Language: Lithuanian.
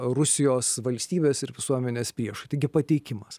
rusijos valstybės ir visuomenės priešai taigi pateikimas